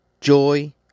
joy